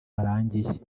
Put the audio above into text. arangiye